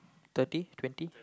thirty twenty